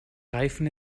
reifen